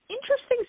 Interesting